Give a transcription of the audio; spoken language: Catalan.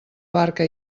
barca